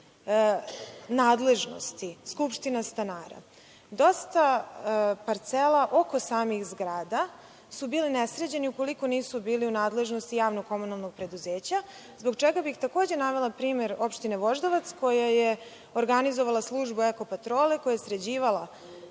nadležnosti skupština stanara, dosta parcela oko samih zgrada su bili nesređeni ukoliko nisu bili u nadležnosti javnog komunalnog preduzeća, zbog čega bih takođe navela primer Opštine Voždovac koja je organizovala službu eko patrole koja je sređivala